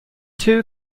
two